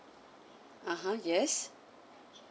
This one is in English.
(uh huh) yes